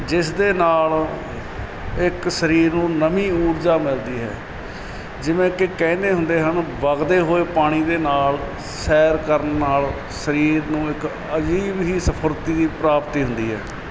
ਜਿਸ ਦੇ ਨਾਲ ਇੱਕ ਸਰੀਰ ਨੂੰ ਨਵੀਂ ਊਰਜਾ ਮਿਲਦੀ ਹੈ ਜਿਵੇਂ ਕਿ ਕਹਿੰਦੇ ਹੁੰਦੇ ਹਨ ਵਗਦੇ ਹੋਏ ਪਾਣੀ ਦੇ ਨਾਲ ਸੈਰ ਕਰਨ ਨਾਲ ਸਰੀਰ ਨੂੰ ਇੱਕ ਅਜੀਬ ਹੀ ਫੁਰਤੀ ਦੀ ਪ੍ਰਾਪਤੀ ਹੁੰਦੀ ਹੈ